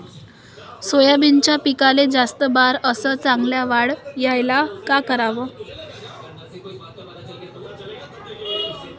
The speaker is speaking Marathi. सोयाबीनच्या पिकाले जास्त बार अस चांगल्या वाढ यायले का कराव?